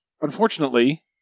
unfortunately